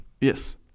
Yes